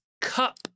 Cup